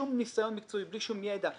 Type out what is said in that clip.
שום ניסיון מקצועי, בלי שום ידע.